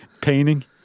painting